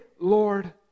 Lord